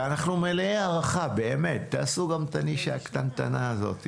ואנחנו מלאי הערכה באמת אבל תעשו גם את הנישה הקטנטנה הזו.